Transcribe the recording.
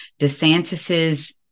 Desantis's